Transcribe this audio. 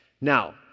Now